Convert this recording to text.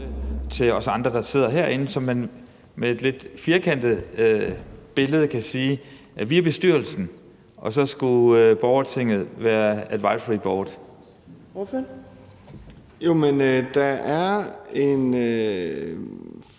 til os andre, der sidder herinde, så man med et lidt firkantet billede kan sige, at vi er bestyrelsen, mens borgertinget skulle være et advisoryboard.